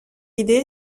idée